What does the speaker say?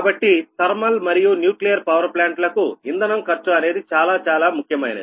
కాబట్టి ధర్మల్ మరియు nuclear power plant లకు ఇంధనం ఖర్చు అనేది చాలా చాలా ముఖ్యమైనది